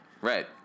Right